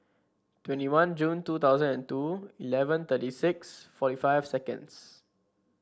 twenty one June two thousand and two eleven thirty six forty five seconds